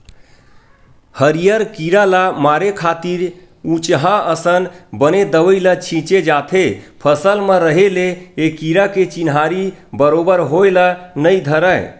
हरियर कीरा ल मारे खातिर उचहाँ असन बने दवई ल छींचे जाथे फसल म रहें ले ए कीरा के चिन्हारी बरोबर होय ल नइ धरय